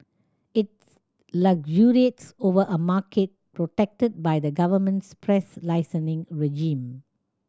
it luxuriates over a market protected by the government's press licensing regime